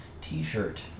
t-shirt